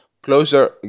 Closer